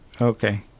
Okay